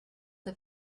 the